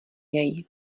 jej